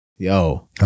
Yo